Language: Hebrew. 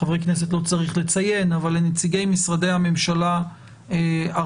חברי כנסת לא צריך לציין לנציגי משרדי הממשלה הרלוונטיים.